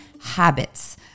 habits